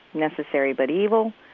necessary but evil,